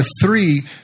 three